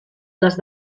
les